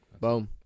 Boom